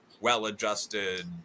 well-adjusted